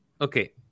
Okay